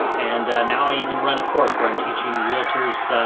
and now i even run a course where i'm teaching realtors, ah,